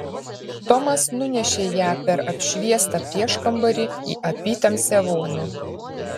tomas nunešė ją per apšviestą prieškambarį į apytamsę vonią